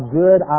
good